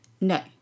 No